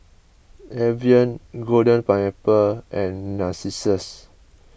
Evian Golden Pineapple and Narcissus